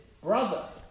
brother